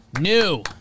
New